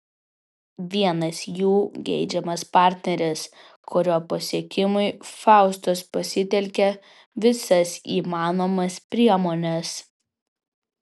vienas jų geidžiamas partneris kurio pasiekimui faustos pasitelkia visas įmanomas priemones